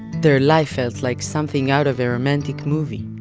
their life felt like something out of a romantic movie